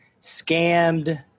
scammed